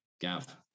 Gav